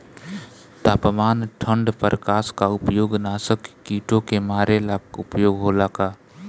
तापमान ठण्ड प्रकास का उपयोग नाशक कीटो के मारे ला उपयोग होला का?